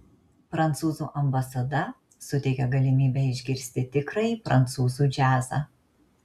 prancūzų ambasada suteikia galimybę išgirsti tikrąjį prancūzų džiazą